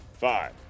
Five